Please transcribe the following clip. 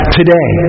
today